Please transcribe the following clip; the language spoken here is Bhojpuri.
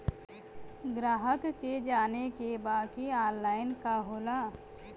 ग्राहक के जाने के बा की ऑनलाइन का होला?